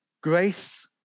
grace